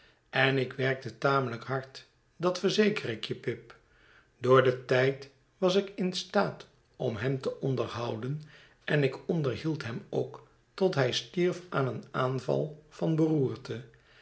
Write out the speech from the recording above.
en ik werkte tamelijk hard dat verzeker ik je pip door den tijd was ik in staat om hem te onderhouden en ik onderhield hem ook tot hij stierf aan een aanval van beroerte